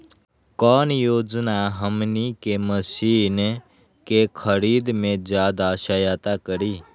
कौन योजना हमनी के मशीन के खरीद में ज्यादा सहायता करी?